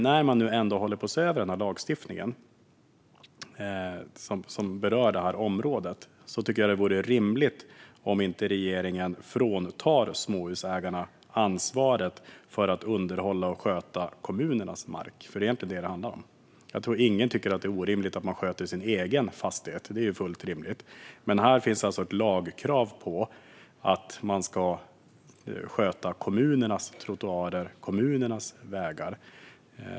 När man ändå ser över den lagstiftning som berör detta område, vore det rimligt om regeringen fråntog småhusägarna ansvaret för att underhålla och sköta kommunernas mark. Men det är inte vad det handlar om. Ingen tycker att det är orimligt att man sköter sin egen fastighet. Det är fullt rimligt. Men här finns ett lagkrav på att sköta kommunernas trottoarer och vägar.